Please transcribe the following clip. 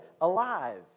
alive